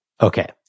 Okay